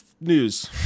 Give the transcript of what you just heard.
news